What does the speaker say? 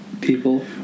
people